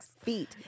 feet